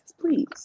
please